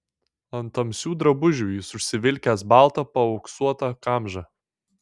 ant tamsių drabužių jis užsivilkęs baltą paauksuotą kamžą